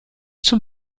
zum